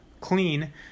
clean